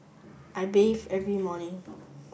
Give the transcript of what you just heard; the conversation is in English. I bathe every morning